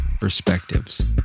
perspectives